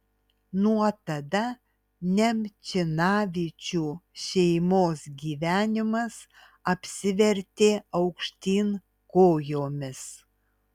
nuo tada nemčinavičių šeimos gyvenimas apsivertė aukštyn kojomis